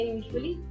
usually